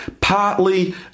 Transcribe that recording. partly